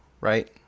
right